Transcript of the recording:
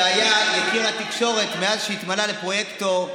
שהיה יקיר התקשורת מאז שהתמנה לפרויקטור,